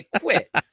quit